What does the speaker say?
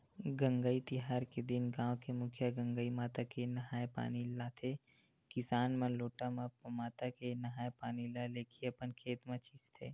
गंगई तिहार के दिन गाँव के मुखिया गंगई माता के नंहाय पानी लाथे किसान मन लोटा म माता के नंहाय पानी ल लेके अपन खेत म छींचथे